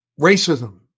racism